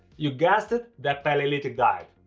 you guessed it, the paleolithic diet,